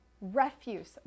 Refuse